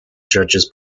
judges